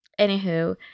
anywho